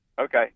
Okay